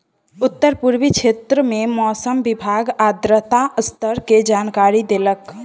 उत्तर पूर्वी क्षेत्र में मौसम विभाग आर्द्रता स्तर के जानकारी देलक